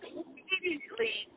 immediately